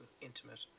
intimate